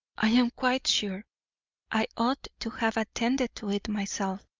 i am quite sure i ought to have attended to it myself